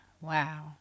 Wow